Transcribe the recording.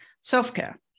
self-care